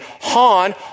Han